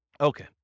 Okay